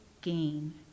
gain